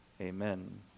Amen